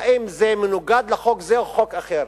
האם זה מנוגד לחוק זה או חוק אחר.